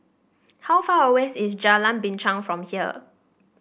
how far away is Jalan Binchang from here